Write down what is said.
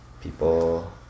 people